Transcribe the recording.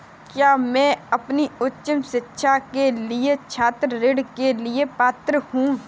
क्या मैं अपनी उच्च शिक्षा के लिए छात्र ऋण के लिए पात्र हूँ?